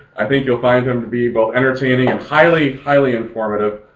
i think you'll find him to be both entertaining and highly, highly informative.